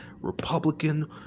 Republican